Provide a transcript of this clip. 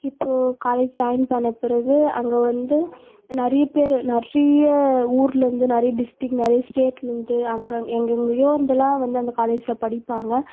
இப்போது college join பண்ண பிறகு அங்கே வந்து நிறைய பேர் நிறைய ஊர்லேருந்து நிறைய டிஸ்ட்ரிக் நிறைய ஸ்டேட்லேருந்து அங்கே எங்கெங்கேயோ இருந்துலாம் வந்து அந்த காலேஜில் படிப்பாங்க